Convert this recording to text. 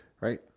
right